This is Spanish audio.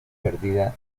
perdida